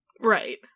Right